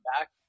back